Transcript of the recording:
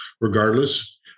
regardless